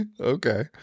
Okay